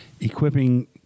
equipping